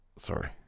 sorry